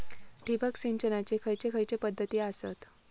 ठिबक सिंचनाचे खैयचे खैयचे पध्दती आसत?